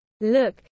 look